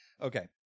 Okay